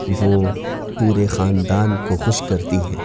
وہ پورے خاندان کو خوش کرتی ہیں